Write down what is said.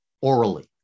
orally